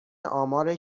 آمار